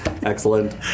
Excellent